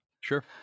Sure